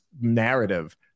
narrative